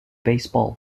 baseball